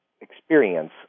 experience